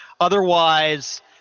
otherwise